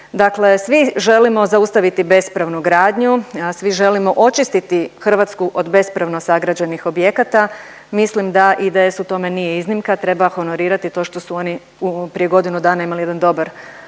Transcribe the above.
Dakle, svi želimo zaustaviti bespravnu gradnju, svi želimo očistiti Hrvatsku od bespravno sagrađenih objekata mislim da IDS u tome nije iznimka treba honorirati to što su oni prije godinu dana imali jedan dobar zakonski